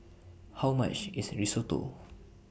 How much IS Risotto